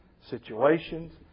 situations